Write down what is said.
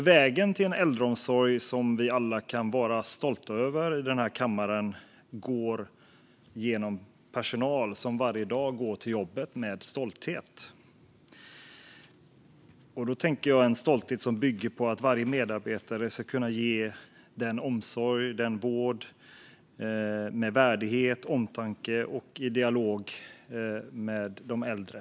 Vägen till en äldreomsorg som vi alla i den här kammaren kan vara stolta över går genom personal som varje dag går till jobbet med en känsla av stolthet. Jag tänker på en stolthet som bygger på att varje medarbetare ska kunna ge omsorg och vård med värdighet, omtanke om och dialog med de äldre.